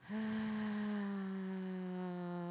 uh